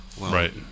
Right